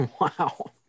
Wow